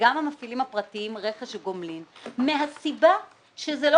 וגם המפעילים הפרטיים רכש גומלין מהסיבה שזה לא